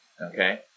okay